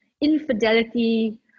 infidelity